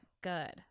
good